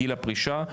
גיל הפרישה,